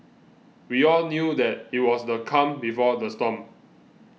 we all knew that it was the calm before the storm